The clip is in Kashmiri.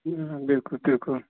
آ بِلکُل بِلکُل